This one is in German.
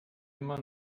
immer